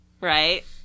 right